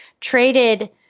traded